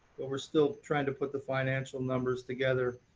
but we're still trying to put the financial numbers together.